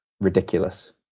ridiculous